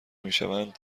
میشوند